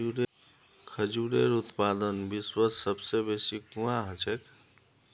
खजूरेर उत्पादन विश्वत सबस बेसी कुहाँ ह छेक